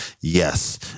yes